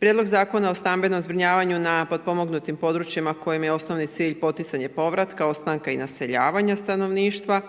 Prijedlog zakona o stambenom zbrinjavanju na potpomognutim područjima kojima je osnovni cilj poticanje povratka ostanka i naseljavanja stanovništva.